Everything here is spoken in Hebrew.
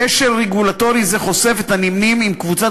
כשל רגולטורי זה חושף את הנמנים עם קבוצת